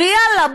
ויאללה,